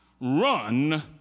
run